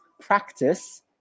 practice